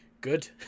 good